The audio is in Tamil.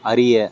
அறிய